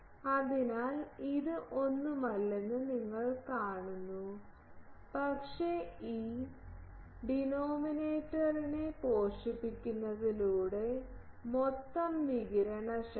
അതിനാൽ ഇത് ഒന്നുമല്ലെന്ന് നിങ്ങൾ കാണുന്നു പക്ഷേ ഈ ഡിനോമിനേറ്ററിനെ പോഷിപ്പിക്കുന്നതിലൂടെ മൊത്തം വികിരണശക്തി